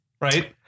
Right